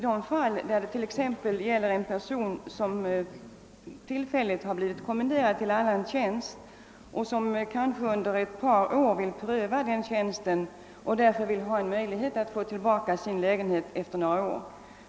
Det finns t.ex. fall då en person tillfälligt blivit kommenderad till annan tjänst och kanske under ett par år vill pröva denna tjänst och därför önskar ha möjlighet få tillbaka sin lägenhet efter några år.